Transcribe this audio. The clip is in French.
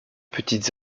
petites